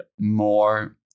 more